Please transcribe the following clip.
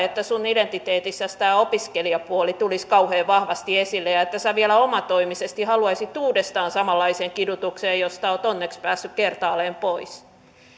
että identiteetissäsi tämä opiskelijapuoli tulisi kauhean vahvasti esille ja että vielä omatoimisesti haluaisit uudestaan samanlaiseen kidutukseen josta olet onneksi päässyt kertaalleen pois